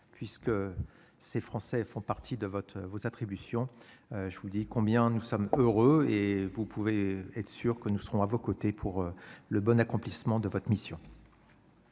puisque ces français font partie de votre vos attributions, je vous dis combien nous sommes heureux et vous pouvez être sûrs que nous serons à vos côtés pour le bon accomplissement de votre mission.